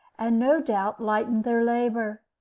and no doubt lightened their labor.